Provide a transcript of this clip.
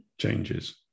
changes